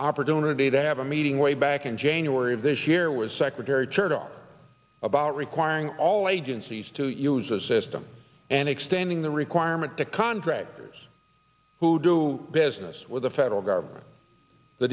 opportunity to have a meeting way back in january of this year with secretary chertoff about requiring all agencies to use a system and extending the requirement that contractors who do business with the federal government the